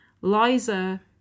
Liza